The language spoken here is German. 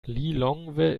lilongwe